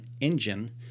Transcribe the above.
engine